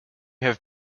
have